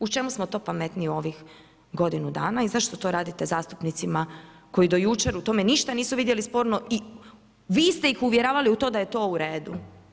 U čemu smo to pametniji u ovih godinu dana i zašto to radite zastupnicima, koji do jučer u tome ništa nisu vidjeli sporno i vi ste ih uvjeravali u to da je to u redu.